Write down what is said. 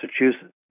Massachusetts